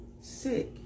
sick